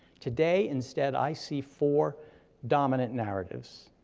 today, instead, i see four dominant narratives.